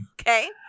Okay